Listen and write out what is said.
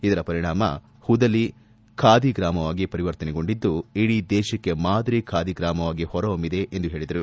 ಇದರ ಪರಿಣಾಮ ಹುದಲಿ ಖಾದಿ ಗ್ರಾಮವಾಗಿ ಪರಿವರ್ತನೆಗೊಂಡಿದ್ದು ಇಡೀ ದೇಶಕ್ಕೆ ಮಾದರಿ ಖಾದಿ ಗ್ರಾಮವಾಗಿ ಹೊರಹೊಮ್ಮಿದೆ ಎಂದು ಹೇಳಿದರು